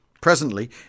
Presently